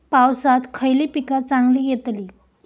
पावसात खयली पीका चांगली येतली?